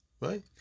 Right